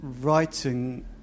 writing